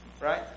right